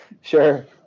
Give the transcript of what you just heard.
Sure